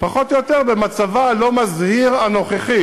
פחות או יותר במצבה הלא-מזהיר הנוכחי,